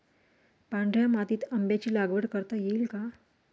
पांढऱ्या मातीत आंब्याची लागवड करता येईल का?